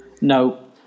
No